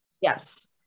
Yes